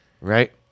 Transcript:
Right